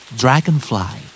dragonfly